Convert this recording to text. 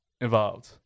involved